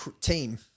team